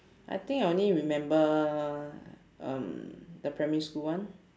I think I only remember um the primary school one